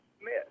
Smith